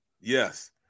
Yes